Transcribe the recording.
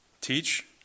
Teach